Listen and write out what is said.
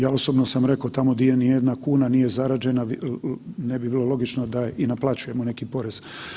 Ja osobno sam rekao tamo gdje nijedna kuna nije zarađena ne bi bilo logično da i naplaćujemo neki porez.